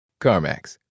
CarMax